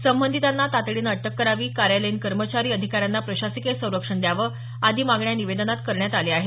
संबंधितांना तातडीने अटक करावी कार्यालयीन कर्मचारी अधिकाऱ्यांना प्रशासकीय संरक्षण द्यावं आदी मागण्या या निवेदनात करण्यात आल्या आहेत